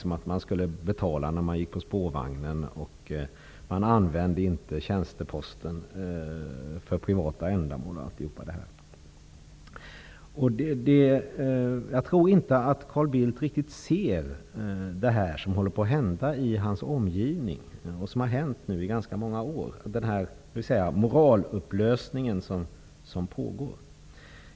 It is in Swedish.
Man skulle betala när man gick på spårvagnen, man lät bli att använda tjänsteposten för privata ändamål osv. Jag tror inte att Carl Bildt riktigt ser vad som håller på att hända och vad som har har hänt i ganska många år i hans omgivning. Det pågår en moralupplösning.